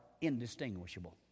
indistinguishable